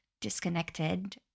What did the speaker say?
disconnected